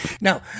Now